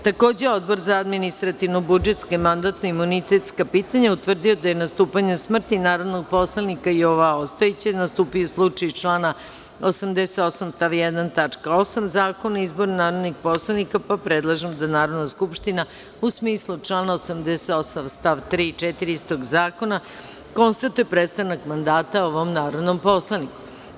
Takođe, Odbora za administrativno-budžetska i mandatno-imunitetska pitanja utvrdio je da je nastupanjem smrti narodnog poslanika Jova Ostojića nastupio slučaj iz člana 88. stav 1. tačka 8) Zakona o izboru narodnih poslanika, pa predlažem da Narodna skupština u smislu člana 88. stav 3. i 4. istog zakona konstatuje prestanak mandata ovom narodnom poslaniku.